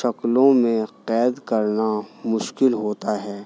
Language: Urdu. شکلوں میں قید کرنا مشکل ہوتا ہے